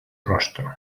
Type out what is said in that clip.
rostro